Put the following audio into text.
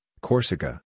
Corsica